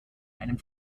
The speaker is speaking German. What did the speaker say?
einem